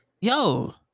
yo